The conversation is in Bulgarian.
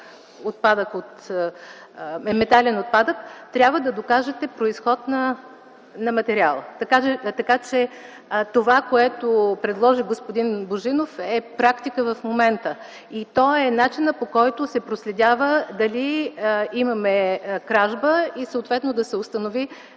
метален отпадък, трябва да докажете произход на материала. Това, което предложи господин Божинов, е практика в момента. Това е начинът, по който се проследява има ли кражба и съответно да се установи